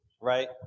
Right